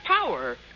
power